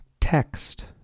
text